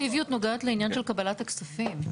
רטרואקטיביות נוגעת לעניין של קבלת הכספים,